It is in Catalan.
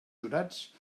jurats